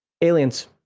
aliens